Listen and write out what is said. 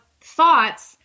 thoughts